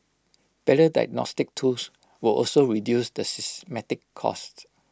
better diagnostics tools will also reduce the systemic cost